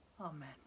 Amen